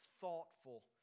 thoughtful